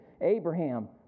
Abraham